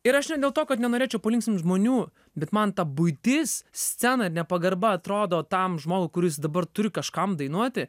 ir aš ne dėl to kad nenorėčiau palinksmint žmonių bet man ta buitis scena ir nepagarba atrodo tam žmogui kuris dabar turi kažkam dainuoti